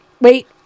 Wait